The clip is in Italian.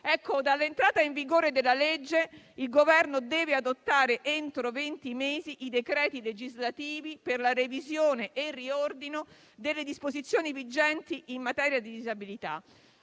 Dall'entrata in vigore della legge, il Governo deve adottare entro venti mesi i decreti legislativi per la revisione e il riordino delle disposizioni vigenti in materia di disabilità.